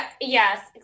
Yes